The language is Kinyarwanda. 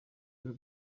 biro